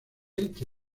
elche